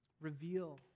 Reveal